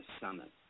summit